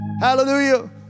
hallelujah